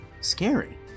scary